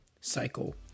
cycle